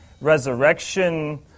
Resurrection